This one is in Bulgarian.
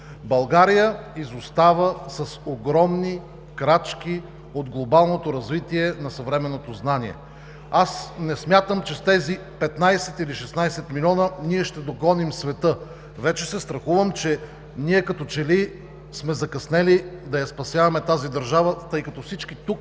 България изостава с огромни крачки от глобалното развитие на съвременното знание. Не смятам, че с тези 15 или 16 милиона ще догоним света, но вече се страхувам, че като че ли сме закъснели да спасяваме тази държава, тъй като всички тук